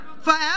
Forever